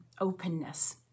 openness